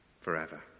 forever